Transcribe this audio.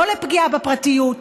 לא לפגיעה בפרטיות,